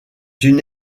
une